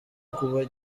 kuba